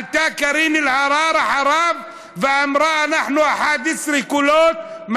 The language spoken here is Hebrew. עלתה קארין אלהרר אחריו ואמרה: אנחנו 11 קולות,